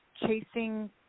chasing